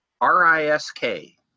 R-I-S-K